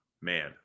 Man